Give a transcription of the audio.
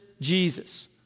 Jesus